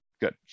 good